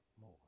more